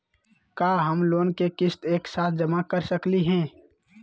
का हम लोन के किस्त एक साथ जमा कर सकली हे?